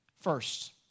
First